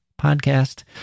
podcast